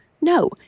no